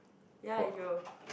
ya you go